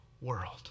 world